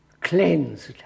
cleansed